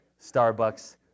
Starbucks